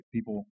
People